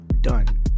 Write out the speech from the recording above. done